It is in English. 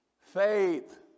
Faith